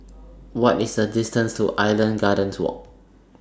What IS The distance to Island Gardens Walk